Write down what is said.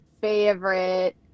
favorite